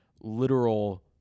literal